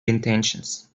intentions